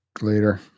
later